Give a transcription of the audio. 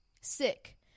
sick